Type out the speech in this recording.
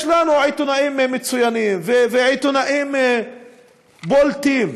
יש לנו עיתונאים מצוינים, ועיתונאים בולטים,